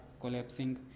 collapsing